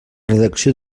redacció